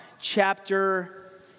chapter